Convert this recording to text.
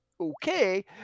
okay